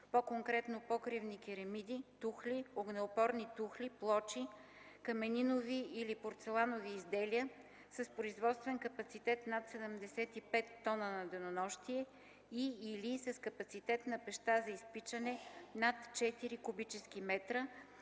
по-конкретно покривни керемиди, тухли, огнеупорни тухли, плочи, каменинови или порцеланови изделия, с производствен капацитет над 75 т на денонощие и/или с капацитет на пещта за изпичане над 4 м3 и с